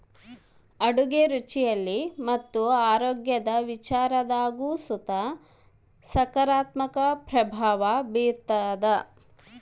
ಅಡುಗೆ ರುಚಿಯಲ್ಲಿ ಮತ್ತು ಆರೋಗ್ಯದ ವಿಚಾರದಾಗು ಸುತ ಸಕಾರಾತ್ಮಕ ಪ್ರಭಾವ ಬೀರ್ತಾದ